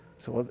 so,